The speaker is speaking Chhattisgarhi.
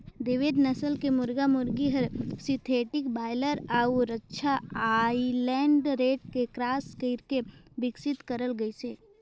देवेंद नसल के मुरगा मुरगी हर सिंथेटिक बायलर अउ रद्दा आइलैंड रेड ले क्रास कइरके बिकसित करल गइसे